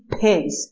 pigs